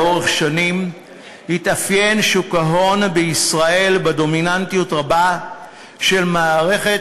לאורך שנים התאפיין שוק ההון בישראל בדומיננטיות רבה של מערכת